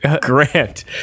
Grant